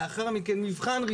לאחר מכן,